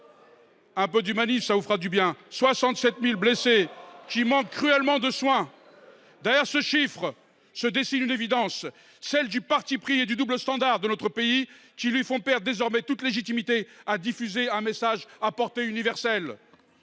Un peu d’humanisme vous fera du bien ! Quelque 67 000 blessés qui manquent cruellement de soins : derrière ce chiffre se dessine une évidence, celle du parti pris et du double standard de notre pays, qui lui font perdre désormais toute légitimité à diffuser un message de portée universelle.